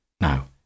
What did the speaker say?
Now